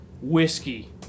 Whiskey